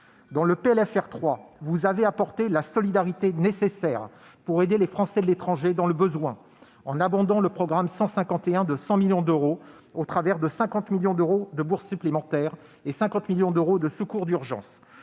rectificative, vous avez apporté la solidarité nécessaire pour aider les Français de l'étranger se trouvant dans le besoin, en abondant le programme 151 de 100 millions d'euros, avec 50 millions d'euros de bourses supplémentaires et 50 millions d'euros de secours d'urgence.